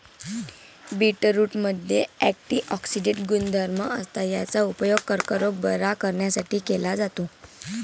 बीटरूटमध्ये अँटिऑक्सिडेंट गुणधर्म असतात, याचा उपयोग कर्करोग बरा करण्यासाठी केला जातो